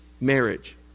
marriage